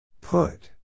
Put